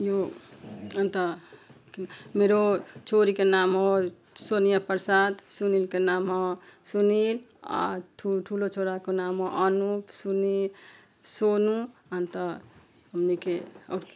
यो अन्त मेरो छोरीको नाम हो सोनिया प्रसाद सुनिलको नाम हो सुनिल ठु ठुलो छोराको नाम हो अनुप सुनी सोनु अन्त हामीले